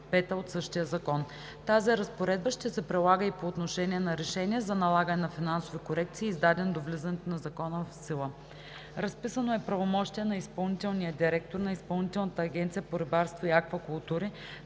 пета от същия закон. Тази разпоредба ще се прилага и по отношение на решения за налагане на финансови корекции, издадени до влизането на закона в сила. Разписано е правомощие на изпълнителния директор на Изпълнителната агенция по рибарство и аквакултури